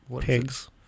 Pigs